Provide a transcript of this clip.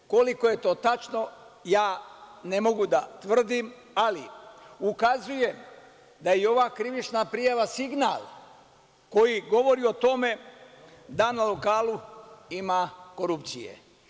Koliko je to tačno, ja ne mogu da tvrdim, ali ukazuje da i ova krivična prijava jeste signal koji govori o tome da na lokalu ima korupcije.